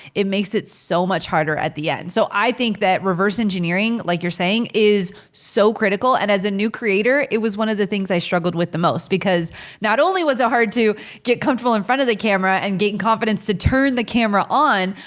it makes it so much harder at the end. so i think that reverse-engineering, like you're saying, is so critical and as a new creator, it was one of the things i struggled with the most because not only was it hard to get comfortable in front of the camera, and gain confidence to turn the camera on,